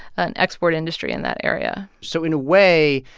an export industry in that area so in a way,